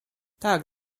tak